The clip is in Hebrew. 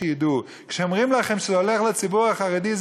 שידעו: כשאומרים לכם שזה הולך לציבור החרדי,